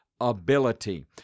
ability